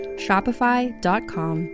shopify.com